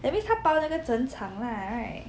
that means 他包那个整场 lah right